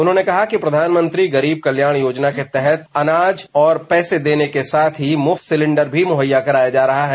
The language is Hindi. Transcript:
उन्होंने कहा कि प्रधानमंत्री कल्याण योजना के तहत अनाज और पैसे देने के साथ ही मुफ्त सिलिंडर भी मुहैया कराया जा रहा है